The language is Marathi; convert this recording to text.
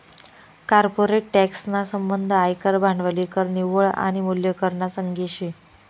कॉर्पोरेट टॅक्स ना संबंध आयकर, भांडवली कर, निव्वळ आनी मूल्य कर ना संगे शे